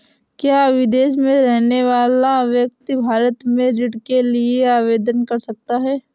क्या विदेश में रहने वाला व्यक्ति भारत में ऋण के लिए आवेदन कर सकता है?